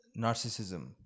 narcissism